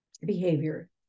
behavior